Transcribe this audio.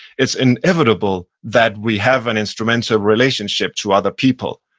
its inevitable that we have an instrumental relationship to other people.